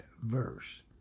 verse